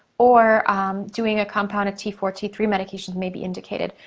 or doing a compound t four, t three medication may be indicated.